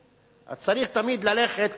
אז צריך תמיד ללכת,